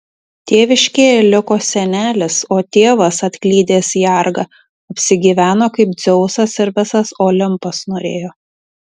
tėviškėje liko senelis o tėvas atklydęs į argą apsigyveno kaip dzeusas ir visas olimpas norėjo